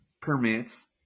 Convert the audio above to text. permits